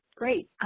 great.